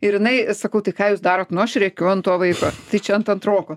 ir jinai sakau tai ką jūs darot nu aš rėkiu ant to vaiko tai čia ant antroko